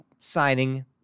signing